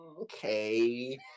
okay